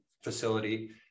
facility